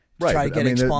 Right